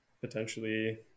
potentially